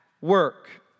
work